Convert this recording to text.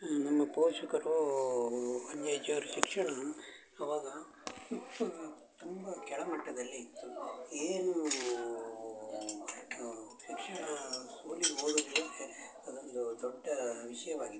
ನಮ್ಮ ಪೋಷಕರು ಅಜ್ಜ ಅಜ್ಜಿಯವ್ರ ಶಿಕ್ಷಣ ಆವಾಗ ತುಂಬ ಕೆಳಮಟ್ಟದಲ್ಲಿ ಇತ್ತು ಏನು ಶಿಕ್ಷಣ ಸ್ಕೂಲಿಗೆ ಹೋಗೊದೇ ಅದೊಂದು ದೊಡ್ಡ ವಿಷಯವಾಗಿತ್ತು